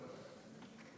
גברתי.